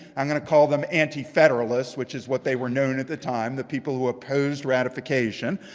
i'm going to call them antifederalists, which is what they were known at the time, the people who opposed ratification,